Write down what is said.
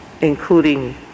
including